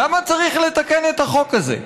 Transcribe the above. למה צריך לתקן את החוק הזה?